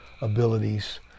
abilities